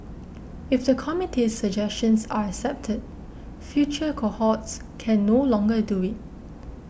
if the committee's suggestions are accepted future cohorts can no longer do it